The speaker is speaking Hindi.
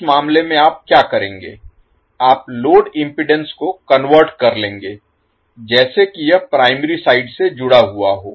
उस मामले में आप क्या करेंगे आप लोड इम्पीडेन्स को कन्वर्ट कर लेंगे जैसे कि यह प्राइमरी साइड से जुड़ा हुआ हो